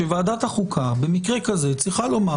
שוועדת החוקה במקרה כזה צריכה לומר,